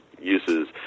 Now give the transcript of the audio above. uses